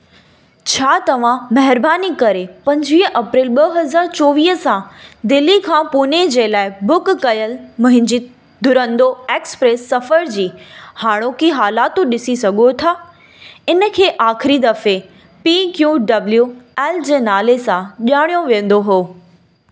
छा तव्हां महिरबानी करे पंजवीह अप्रैल ॿ हज़ार चोवीह सां दिल्ली खां पूणे जे लाइ बुक कयल मुहिंजी दुरंदो एक्सप्रेस सफ़र जी हाणोकि हालातूं ॾिसी सघो था इनखे आखिरीं दफ़े पी क्यू डब्ल्यू एल जे नाले सां ॼाणियो वेंदो हो